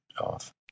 off